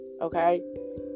Okay